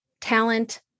talent